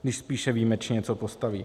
Když spíše výjimečně něco postaví.